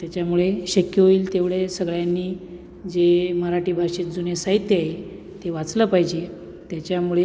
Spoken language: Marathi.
त्याच्यामुळे शक्य होईल तेवढे सगळ्यांनी जे मराठी भाषेत जुने साहित्य आहे ते वाचलं पाहिजे त्याच्यामुळे